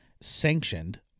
sanctioned